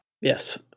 Yes